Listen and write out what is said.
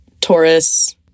Taurus